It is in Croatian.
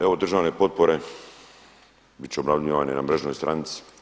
Evo državne potpore bit će objavljivane na mrežnoj stranici.